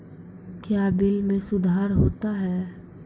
क्या बिल मे सुधार होता हैं?